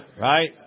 right